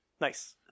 Nice